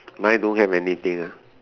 mine don't have anything ah